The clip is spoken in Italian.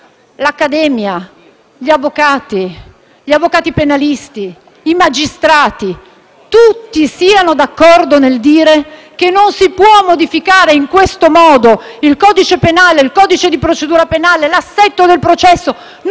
l'Accademia, gli avvocati, gli avvocati penalisti, i magistrati, tutti siano d'accordo nel dire che non si può modificare in questo modo il codice penale, il codice di procedura penale, l'assetto del processo,